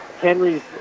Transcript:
Henry's